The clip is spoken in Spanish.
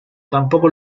tampoco